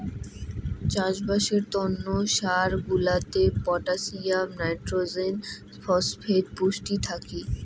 চাষবাসের তন্ন সার গুলাতে পটাসিয়াম, নাইট্রোজেন, ফসফেট পুষ্টি থাকি